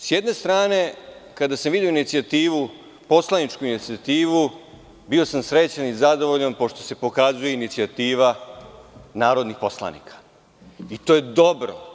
S jedne strane, kada sam video poslaničku inicijativu, bio sam srećan i zadovoljan pošto se pokazuje inicijativa narodnih poslanika i to je dobro.